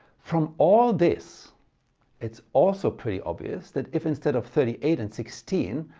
from all this it's also pretty obvious that if, instead of thirty eight and sixteen,